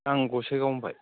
आं गसाइगावनिफाय